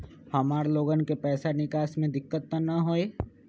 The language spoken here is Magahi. हमार लोगन के पैसा निकास में दिक्कत त न होई?